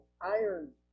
iron